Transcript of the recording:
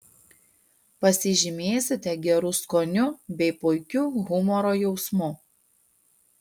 pasižymėsite geru skoniu bei puikiu humoro jausmu